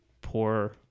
poor